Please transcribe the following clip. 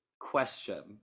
Question